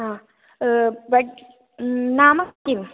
हा बट् नाम किम्